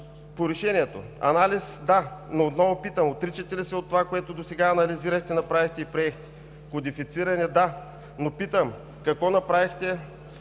По решението. Анализ – да, но отново питам: отричате ли се от това, което досега анализирахте, направихте и приехте? Кодифициране – да, но питам: какво правихте